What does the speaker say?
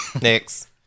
Next